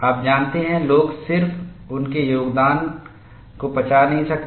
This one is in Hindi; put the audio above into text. आप जानते हैं लोग सिर्फ उनके योगदान को पचा नहीं सकते